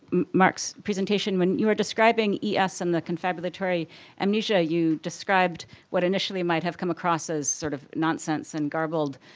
mark's presentation. when you were describing es and the confabulatory amnesia, you described what initially might have come across as sort of nonsense and garbled